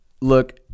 look